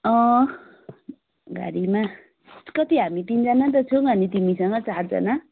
गाडीमा कति हामी तिनजना त छौँ अनि तिमीसित चारजना